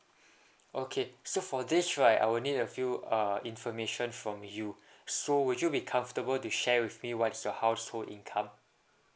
okay so for this right I will need a few uh information from you so would you be comfortable to share with me what is your household income